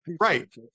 right